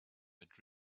but